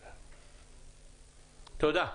תודה.